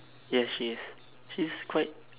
yes she is she's quite